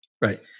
right